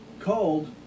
called